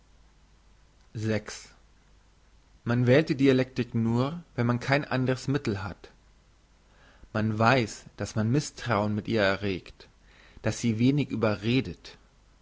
man wählt die dialektik nur wenn man kein andres mittel hat man weiss dass man misstrauen mit ihr erregt dass sie wenig überredet